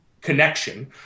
connection